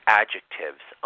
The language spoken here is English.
adjectives